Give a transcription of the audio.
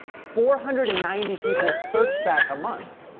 four hundred and ninety people search that a month.